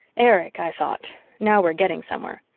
erich, i thought now we're getting somewhere.